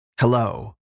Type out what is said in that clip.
Hello